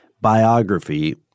biography